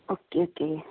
okay okay